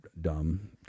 dumb